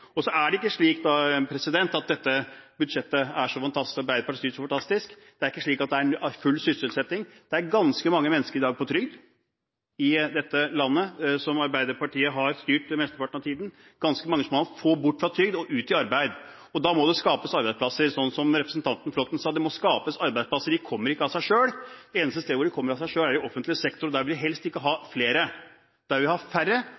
er så fantastisk, det er ikke slik at det er full sysselsetting. Det er ganske mange mennesker i dag på trygd i dette landet, som Arbeiderpartiet har styrt mesteparten av tiden. Det er ganske mange man må få bort fra trygd og ut i arbeid. Da må det skapes arbeidsplasser. Som representanten Flåtten sa: Det må skapes arbeidsplasser, de kommer ikke av seg selv. Det eneste stedet hvor de kommer av seg selv, er i offentlig sektor, og der vil vi helst ikke ha flere. Der vil vi ha færre,